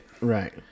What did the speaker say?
right